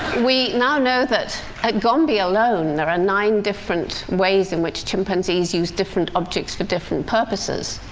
we now know that at gombe alone, there are nine different ways in which chimpanzees use different objects for different purposes.